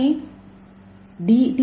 ஏ இது டி